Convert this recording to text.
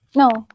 no